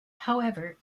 however